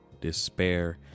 Despair